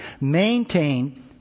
Maintain